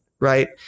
Right